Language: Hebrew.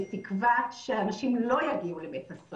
בתקווה שאנשים לא יגיעו לבית הסוהר,